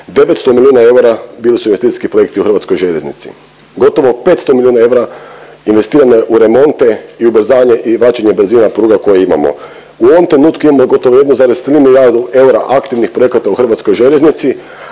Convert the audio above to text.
900 milijuna eura bili su investicijski projekti u Hrvatskoj željeznici, gotovo 500 milijuna eura investirano je u remonte i ubrzanje i vraćanja brzina pruga koje imamo. U ovom trenutku imamo gotovo 1,3 milijardu eura aktivnih projekata u Hrvatskoj željeznici,